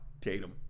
Tatum